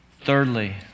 Thirdly